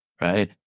right